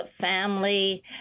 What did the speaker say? family